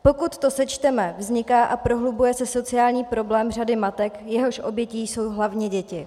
Pokud to sečteme, vzniká a prohlubuje se sociální problém řady matek, jehož obětí jsou hlavně děti.